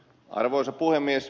arvoisa puhemies